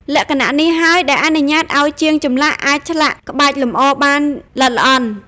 លក្ខណៈនេះហើយដែលអនុញ្ញាតឱ្យជាងចម្លាក់អាចឆ្លាក់ក្បាច់លម្អបានល្អិតល្អន់។